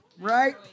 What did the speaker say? Right